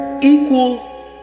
equal